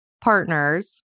partners